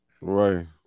Right